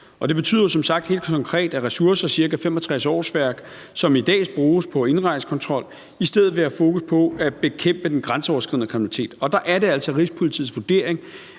Det betyder jo som sagt helt konkret, at ressourcer, ca. 65 årsværk, som i dag bruges på indrejsekontrol, i stedet vil blive brugt til at have fokus på at bekæmpe den grænseoverskridende kriminalitet, og der er det altså Rigspolitiets vurdering,